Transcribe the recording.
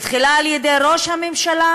בהתחלה על-ידי ראש הממשלה,